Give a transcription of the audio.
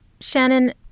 Shannon